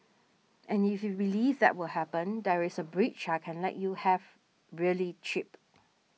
and if you believe that will happen there is a bridge I can let you have really cheap